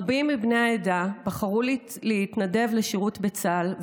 רבים מבני העדה בחרו להתנדב לשירות בצה"ל,